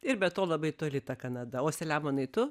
ir be to labai toli ta kanada o saliamonai tu